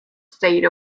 state